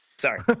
Sorry